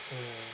mm